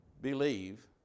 believe